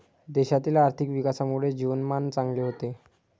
देशातील आर्थिक विकासामुळे जीवनमान चांगले होते